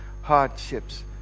hardships